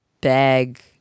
bag